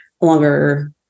longer